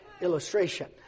illustration